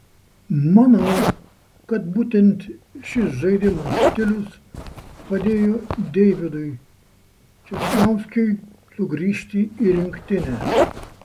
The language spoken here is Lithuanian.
manau kad būtent šis žaidimo stilius padėjo deividui česnauskiui sugrįžti į rinktinę